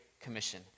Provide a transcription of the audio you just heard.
Commission